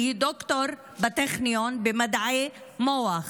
כי היא דוקטור בטכניון למדעי המוח,